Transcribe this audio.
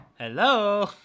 hello